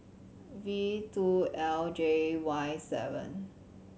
V two L J Y seven